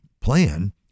plan